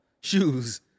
shoes